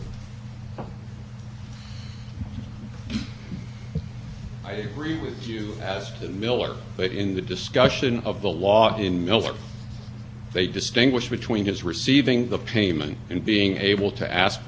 i agree with you as to miller but in the discussion of the law in milford they distinguish between his receiving the payment and being able to ask for the counting of the payment verse without doing away with